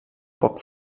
poc